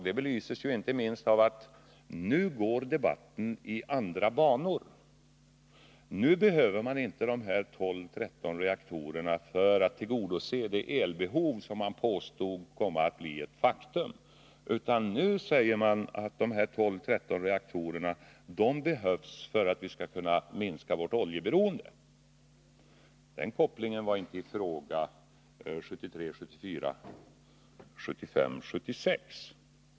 Det belyses inte minst av att debatten nu går i andra banor. Nu behövs inte dessa 12-13 reaktorer för att tillgodose det elbehov som man påstod skulle finnas. Nu sägs det i stället att reaktorerna behövs för att vi skall kunna minska vårt oljeberoende. Den kopplingen var inte i fråga åren 1973-1976.